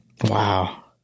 Wow